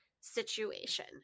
situation